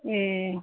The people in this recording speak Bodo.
ए